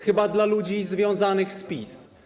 Chyba dla ludzi związanych z PiS.